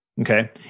okay